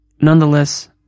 Nonetheless